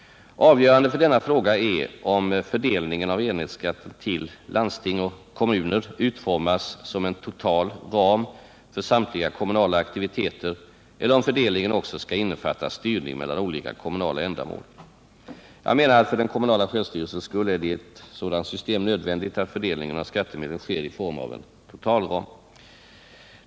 Avgörande för denna fråga är om fördelningen av enhetsskatten till landsting och kommuner utformas som en total ram för samtliga kommunala aktiviteter eller om fördelningen också skall innefatta styrning mellan olika kommunala ändamål. Jag menar att för den kommunala självstyrelsens skull är det i ett sådant system nödvändigt att fördelningen av skattemedlen sker i form av en totalram.